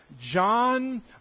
John